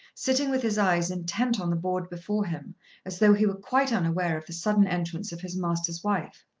sitting with his eyes intent on the board before him as though he were quite unaware of the sudden entrance of his master's wife.